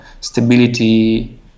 stability